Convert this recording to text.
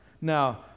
Now